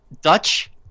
Dutch